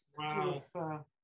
Wow